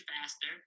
faster